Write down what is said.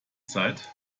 zeit